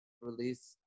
release